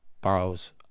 borrows